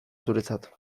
zuretzat